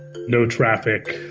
no traffic.